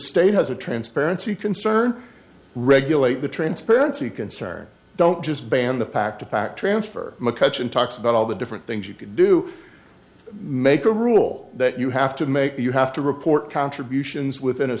state has a transparency concern regulate the transparency concerned don't just ban the pack to pack transfer mccutchen talks about all the different things you could do to make a rule that you have to make you have to report contributions within a